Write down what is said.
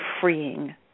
freeing